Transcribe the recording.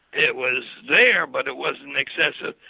it was there, but it wasn't excessive,